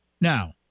Now